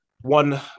One